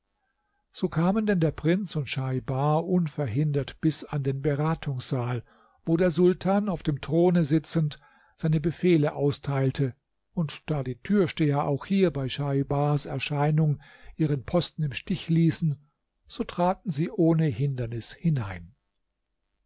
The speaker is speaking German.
so kamen denn der prinz und schaibar unverhindert bis an den beratungssaal wo der sultan auf dem throne sitzend seine befehle austeilte und da die türsteher auch hier bei schaibars erscheinung ihren posten im stich ließen so traten sie ohne hindernis hinein